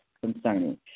concerning